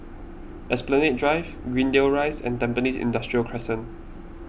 Esplanade Drive Greendale Rise and Tampines Industrial Crescent